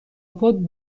پات